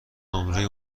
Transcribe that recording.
نمره